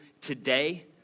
today